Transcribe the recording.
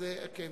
אני זוכר.